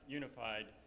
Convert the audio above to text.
unified